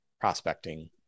prospecting